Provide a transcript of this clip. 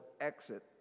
exit